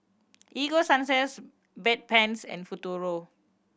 Ego Sunsense Bedpans and Futuro